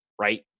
right